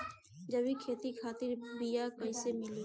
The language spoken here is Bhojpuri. जैविक खेती खातिर बीया कहाँसे मिली?